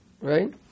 right